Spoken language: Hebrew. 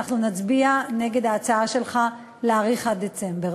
אנחנו נצביע נגד ההצעה שלך להאריך עד דצמבר.